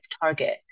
target